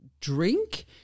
drink